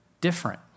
different